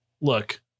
Look